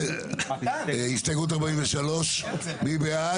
הסתייגות 43. מי בעד?